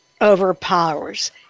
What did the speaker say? overpowers